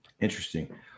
Interesting